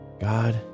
God